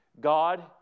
God